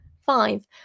five